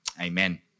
Amen